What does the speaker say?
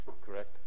correct